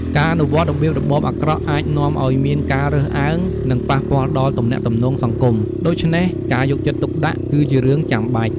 ការអនុវត្តរបៀបរបបអាក្រក់អាចនាំឲ្យមានការរើសអើង និងប៉ះពាល់ដល់ទំនាក់ទំនងសង្គម ដូច្នេះការយកចិត្តទុកដាក់គឺជារឿងចាំបាច់។